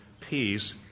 peace